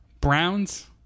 Browns